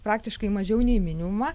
praktiškai mažiau nei minimumą